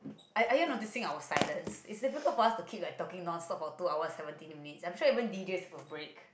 are are you noticing our silence it's difficult for us to keep like talking nonstop for two hour seventeen minutes I'm sure even DJs have a break